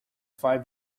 five